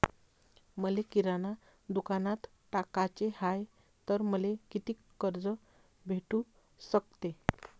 मले किराणा दुकानात टाकाचे हाय तर मले कितीक कर्ज भेटू सकते?